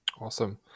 Awesome